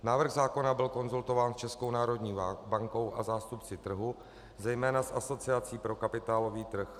Návrh zákona byl konzultován s Českou národní bankou a zástupci trhu, zejména s Asociací pro kapitálový trh.